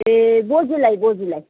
ए बोजूलाई बोजूलाई